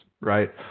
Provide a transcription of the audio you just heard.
right